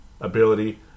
ability